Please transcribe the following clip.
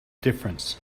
difference